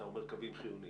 כשאתה אומר קווים חיוניים,